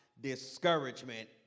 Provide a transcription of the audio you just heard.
discouragement